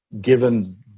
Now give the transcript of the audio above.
given